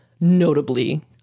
notably